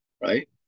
Right